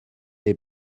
les